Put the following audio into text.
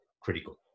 critical